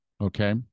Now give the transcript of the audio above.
okay